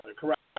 correct